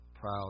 proud